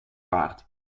paard